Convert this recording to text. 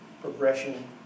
progression